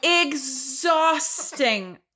exhausting